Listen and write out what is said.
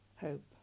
hope